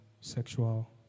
sexual